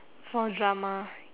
for drama